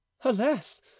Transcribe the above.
alas